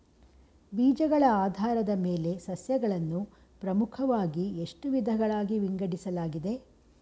ಬೀಜಗಳ ಆಧಾರದ ಮೇಲೆ ಸಸ್ಯಗಳನ್ನು ಪ್ರಮುಖವಾಗಿ ಎಷ್ಟು ವಿಧಗಳಾಗಿ ವಿಂಗಡಿಸಲಾಗಿದೆ?